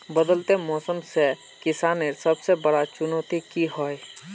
बदलते मौसम से किसानेर सबसे बड़ी चुनौती की होय?